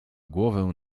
głowę